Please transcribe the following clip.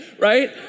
right